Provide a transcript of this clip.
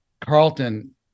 Carlton